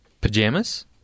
Pajamas